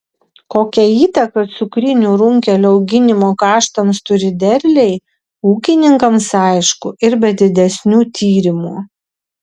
kokią įtaką cukrinių runkelių auginimo kaštams turi derliai ūkininkams aišku ir be didesnių tyrimų